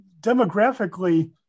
demographically